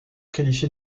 qualifié